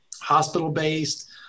hospital-based